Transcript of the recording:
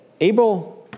Abel